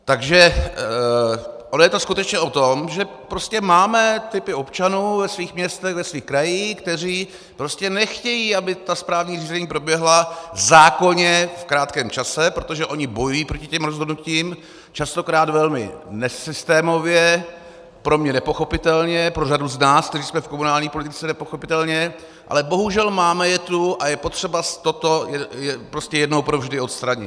Takže ono je to skutečně o tom, že máme typy občanů ve svých městech, ve svých krajích, kteří prostě nechtějí, aby ta správní řízení proběhla v zákonně krátkém čase, protože oni bojují proti těm rozhodnutím, častokrát velmi nesystémově, pro mě nepochopitelně, pro řadu z nás, kteří jsme v komunální politice, nepochopitelně, ale bohužel, máme je tu a je potřeba toto jednou provždy odstranit.